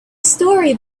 story